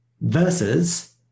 versus